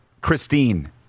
christine